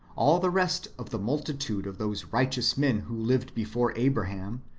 all the rest of the multitude of those righteous men who lived before abraham,